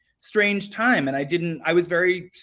strange time, and i didn't i was very,